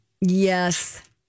Yes